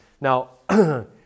Now